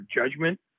judgment